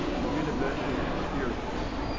the universal experience.